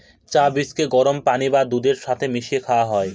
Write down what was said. চা বীজকে গরম পানি বা দুধের সাথে মিশিয়ে খাওয়া হয়